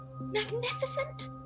Magnificent